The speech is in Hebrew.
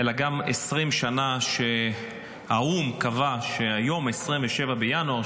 אלא גם 20 שנה שהאו"ם קבע שיום 27 בינואר,